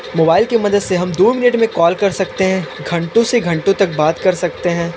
mobile की मदद से हम दो मिनट में कॉल कर सकते हैं घंटो से घंटो बात कर सकते हैं